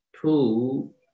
two